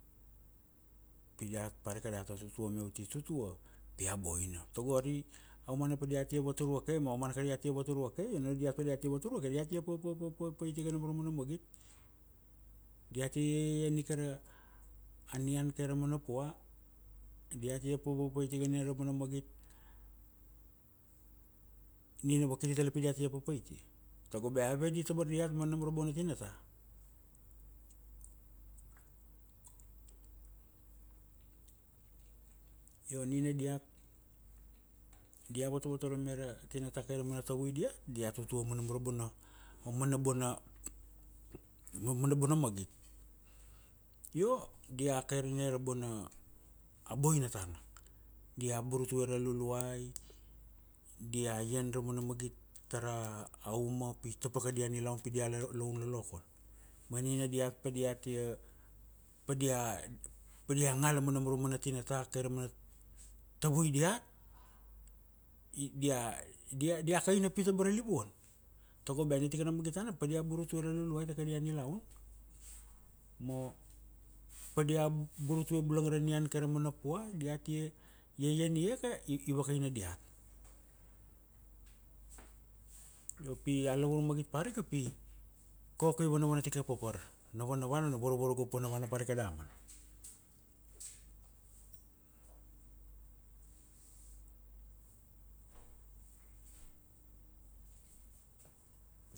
Pi dat parika data tutua me uti, tutua, pi a boina. Tago ari, aumana padiati vatur vake ma aumana ka diate vatur vake, io na diat padiati vatur vake, diate papapapait ika nam ra mana magit. Diate iaiaian ika ra, a nian kaira umana pua. Diate papapit ika na ra mana magit, nina vakiri tale pi diata la papait ia. Tago bea ava di tabar diat ma nam ra manam ra bona tinanta, io nina diat dia votvotorome ra tinata kai ra umana tavui diat, dia, dia vatvatur vake ra mana, aumana bona magit. Io, dia kairane ra bona, a boina tana. Dia burutue ra Luluai, dia ian ra mana magit tara, a uma pi topa kadia nilaun pi dia laun lolokon. Ma nina diat padiatia, padia ngala ma nam ra mana tinata, kaira mana tavui diat, i dia, dia kaina pit abara livuan. Tago bea ni tikana magit tana padia burutue ra Luluai ta kadia nilaun, ma padia burutue bulang ra nian kai ra mana pua, diatia, iaian ia ka, i, i vakaina diat. Io pi a lavur magit parika pi, koko i vanvana tika papar. Na vanavana na varavaragop vanavana parika damana..